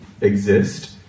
exist